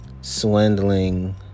swindling